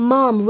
Mom